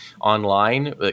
online